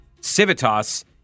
Civitas